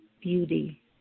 beauty